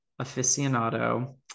aficionado